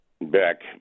back